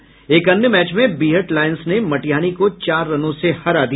वहीं एक अन्य मैच में बीहट लायंस ने मटिहानी को चार रनों से हरा दिया